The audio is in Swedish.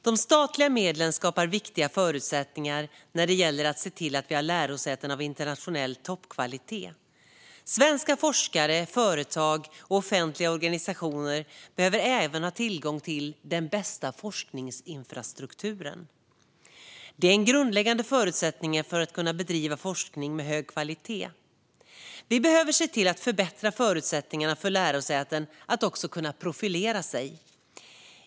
De statliga medlen skapar viktiga förutsättningar när det gäller att se till att vi har lärosäten av internationell toppkvalitet. Svenska forskare, företag och offentliga organisationer behöver även ha tillgång till den bästa forskningsinfrastrukturen. Det är en grundläggande förutsättning för att kunna bedriva forskning av hög kvalitet. Vi behöver också se till att förbättra förutsättningarna för lärosäten att kunna profilera sig.